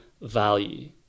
value